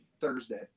Thursday